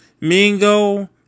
Mingo